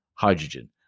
hydrogen